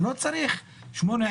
שלא צריך שמונה,